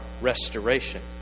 restoration